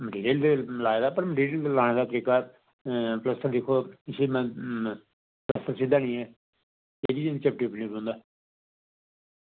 material लाए दा पर मैटीरियल लाने दा तरीका प्लस्तर दिक्खो प्लस्तर सिद्धा निं ऐ चपटी निं